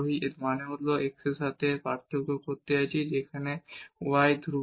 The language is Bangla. এর মানে হল আমরা x এর সাথে এই পার্থক্য করতে যাচ্ছি যেখানে y ধ্রুবক